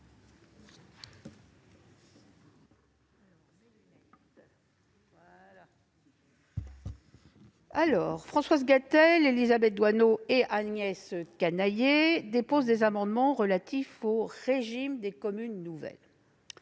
? Françoise Gatel, Élisabeth Doineau et Agnès Canayer ont déposé des amendements relatifs au régime des communes nouvelles.